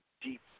deep